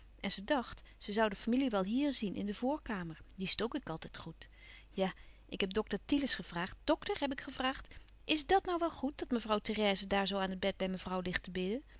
en ze dacht ze zoû de familie wel hier zien in de voorkamer die stook ik altijd goed ja ik heb dokter thielens gevraagd dokter heb ik gevraagd is dàt nou wel goed dat mevrouw therèse daar zoo aan het bed bij mevrouw